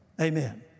Amen